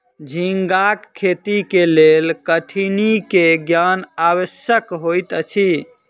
झींगाक खेती के लेल कठिनी के ज्ञान आवश्यक होइत अछि